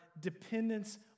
dependence